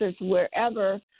wherever